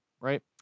Right